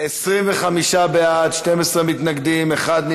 המשרד לנושאים אסטרטגיים והסברה לגבי פעילותו בתחום הובלת